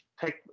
Take